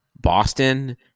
boston